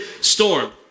storm